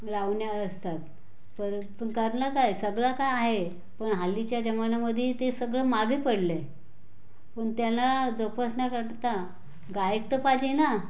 लावण्या असतात परंतु करणार काय सगळं काय आहे पण हल्लीच्या जमान्यामध्ये ते सगळं मागे पडलं आहे पण त्यांना जोपासण्याकरता गायक तर पाहिजे ना